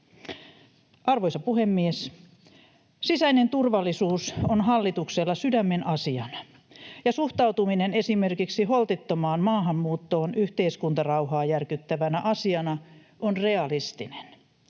Arvoisa puhemies! Sisäinen turvallisuus on hallituksella sydämenasiana. Ja suhtautuminen esimerkiksi holtittomaan maahanmuuttoon yhteiskuntarauhaa järkyttävänä asiana on realistinen.